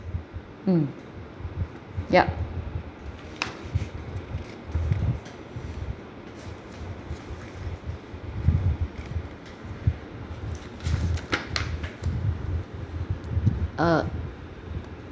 mm ya uh